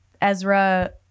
Ezra